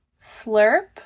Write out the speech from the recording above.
slurp